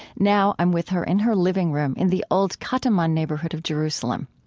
now i'm with her in her living room in the old katamon neighborhood of jerusalem.